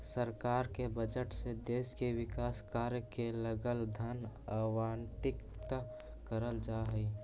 सरकार के बजट से देश के विकास कार्य के लगल धन आवंटित करल जा हई